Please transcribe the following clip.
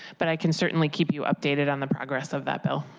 but i can certainly keep you updated on the progress of that bill.